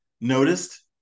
noticed